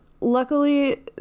Luckily